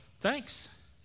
thanks